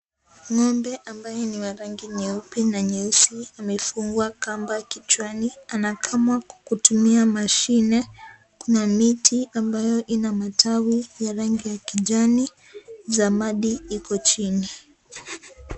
Ngombe ambaye ni wa rangi nyeupe na nyeusi amefungwa kamba kichwani, anakamwa kwa kutumia mashine, kuna miti ambayo ina matawi ya rangi ya kijani, zamadi iko chini.